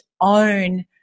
own